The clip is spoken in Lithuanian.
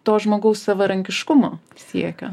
to žmogaus savarankiškumo siekio